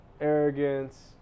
arrogance